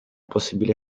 possibile